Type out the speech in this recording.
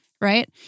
Right